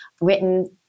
written